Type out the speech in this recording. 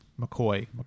McCoy